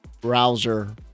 browser